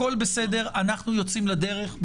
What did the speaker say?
הכול בסדר, אנחנו יוצאים לדרך.